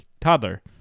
toddler